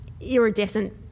iridescent